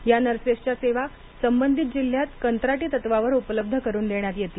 या नर्सेसेच्या सेवा संबंधित जिल्ह्यात कंत्राटी तत्वावर उपलब्ध करुन देण्यात येतील